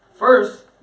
First